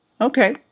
Okay